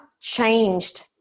changed